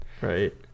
Right